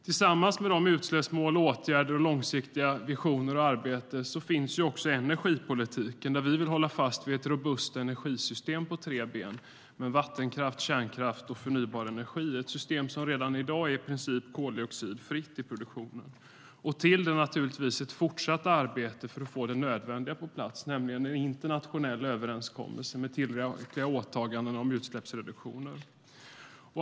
Tillsammans med dessa utsläppsmål, åtgärder och långsiktiga visioner och arbeten finns energipolitiken där vi vill hålla fast vid ett robust energisystem på tre ben med vattenkraft, kärnkraft och förnybar energi. Det är ett system som redan i dag är i princip koldioxidfritt i produktionen. Till detta ska givetvis läggas ett fortsatt arbete för att få det nödvändiga på plats, nämligen en internationell överenskommelse med tillräckliga åtaganden om utsläppsreduktioner.